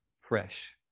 fresh